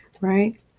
right